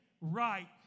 right